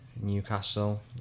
Newcastle